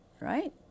right